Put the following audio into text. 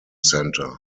centre